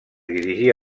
dirigir